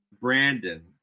Brandon